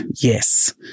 Yes